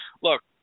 look